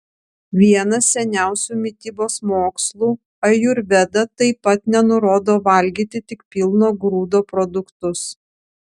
vienas seniausių mitybos mokslų ajurveda taip pat nenurodo valgyti tik pilno grūdo produktus